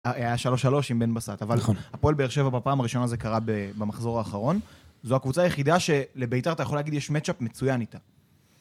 היה 3-3 עם בן בסט, אבל הפועל באר שבע בפעם הראשונה זה קרה במחזור האחרון זו הקבוצה היחידה שלביתר אתה יכול להגיד יש מצ' אפ מצוין איתה